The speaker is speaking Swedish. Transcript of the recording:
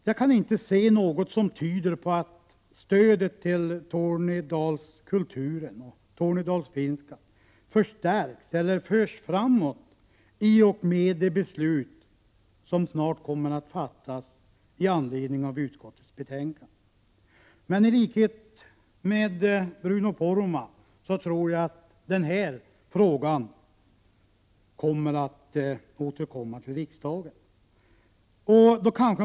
Jag kan inte se något som tyder på att stödet till Tornedalskulturen och tornedalsfinskan förstärks eller förs framåt med det beslut som snart kommer att fattas i anledning av utskottets betänkande. I likhet med Bruno Poromaa tror jag att denna fråga återkommer till riksdagen.